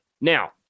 Now